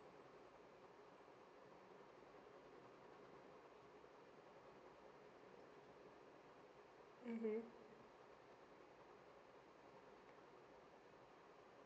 mmhmm